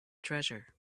treasure